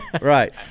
right